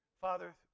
Father